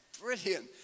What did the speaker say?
Brilliant